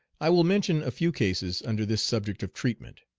i will mention a few cases under this subject of treatment.